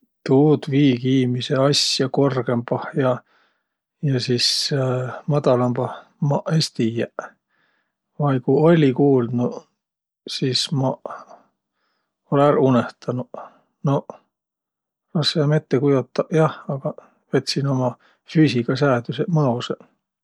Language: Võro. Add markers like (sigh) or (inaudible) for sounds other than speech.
Tuud vii kiimise asja korgõmbah ja, ja sis (hesitation) madalambah maq es tiiäq. Vai ku olli kuuldnuq, sis maq olõ ärq unõhtanuq. Noq, rassõ um ette kujotaq jah, agaq vet siin umaq füüsigasäädüseq mõosõq.